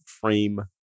frame